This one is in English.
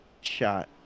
shot